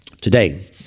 today